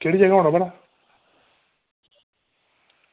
केह्ड़ी जगह औना भला